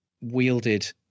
wielded